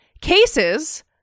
cases